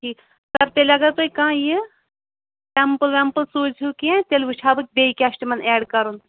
ٹھیٖک سَر تیٚلہِ اگر تُہۍ کانٛہہ یہِ سیٚمپٕل ویٚمپٕل سوٗزہِو کیٚنٛہہ تیٚلہِ وٕچھ ہا بہٕ بیٚیہِ کیاہ چھُ تِمن ایڈ کَرُن